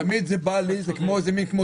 תמיד זה בא לי זה כמו דנידין,